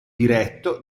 diretto